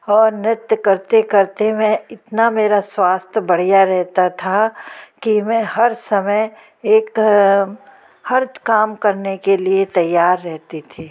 और नृत्य करते करते मैं इतना मेरा स्वास्थ्य बढ़िया रहता था कि मैं हर समय एक हर काम करने के लिए तैयार रहती थी